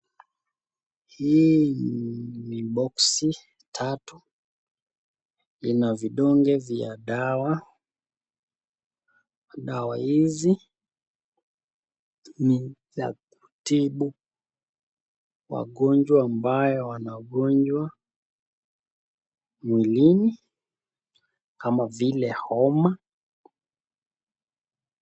Hii ni boksi tatu ina vidonge vya dawa. Dawa hizi ni za kutibu wagonjwa ambayo wana ugonjwa mwilini kama vile homa.